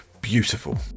beautiful